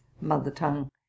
mother-tongue